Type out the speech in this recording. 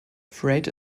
freight